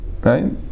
right